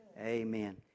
amen